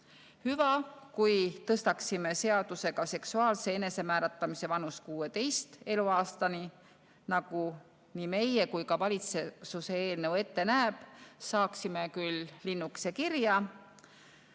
Hüva, kui tõstaksime seksuaalse enesemääratlemise vanuse seadusega 16 eluaastani, nagu nii meie kui ka valitsuse eelnõu ette näevad, saaksime küll linnukese kirja,